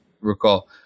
recall